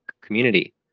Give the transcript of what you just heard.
community